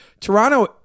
Toronto